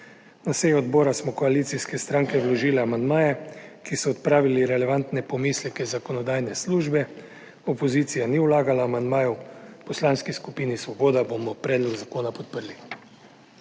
Na seji odbora smo koalicijske stranke vložile amandmaje, ki so odpravili relevantne pomisleke zakonodajne službe, opozicija pa ni vlagala amandmajev. V Poslanski skupini Svoboda bomo predlog zakona podprli.